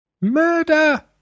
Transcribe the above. Murder